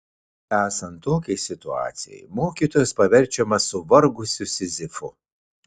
esant tokiai situacijai mokytojas paverčiamas suvargusiu sizifu